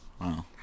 Wow